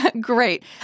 Great